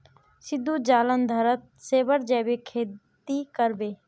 सिद्धू जालंधरत सेबेर जैविक खेती कर बे